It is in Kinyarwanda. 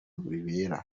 bibera